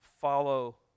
Follow